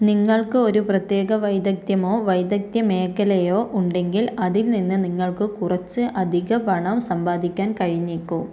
നിങ്ങൾക്ക് ഒരു പ്രത്യേക വൈദഗ്ധ്യമോ വൈദഗ്ധ്യ മേഖലയോ ഉണ്ടെങ്കിൽ അതിൽ നിന്ന് നിങ്ങൾക്ക് കുറച്ച് അധിക പണം സമ്പാദിക്കാൻ കഴിഞ്ഞേക്കും